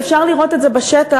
ואפשר לראות את זה בשטח,